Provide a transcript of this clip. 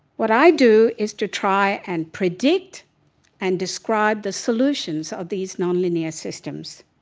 what i do is to try and predict and describe the solutions of these nonlinear systems.